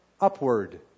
upward